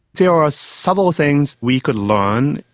there are several things we could learn.